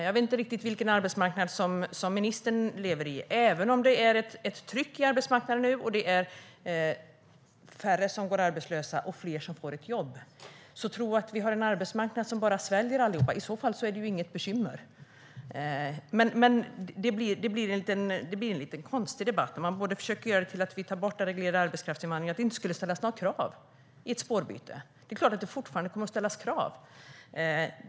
Jag vet inte vilken arbetsmarknad som ministern lever med. Även om det nu är ett tryck i arbetsmarknaden, färre som går arbetslösa och fler som får ett jobb, kan vi inte tro att vi har en arbetsmarknad som bara sväljer alla. I så fall vore det inget bekymmer. Men det blir en lite konstig debatt när man vill göra det till att vi vill ta bort all reglerad arbetskraftsinvandring, att det inte skulle ställas några krav i fråga om ett spårbyte. Det är klart att det fortfarande ska ställas krav.